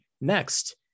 next